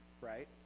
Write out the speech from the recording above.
right